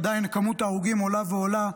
עדיין כמות ההרוגים עולה ועולה.